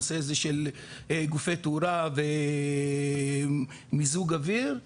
הנושא הזה של גופי תיאורה ומיזוג אוויר,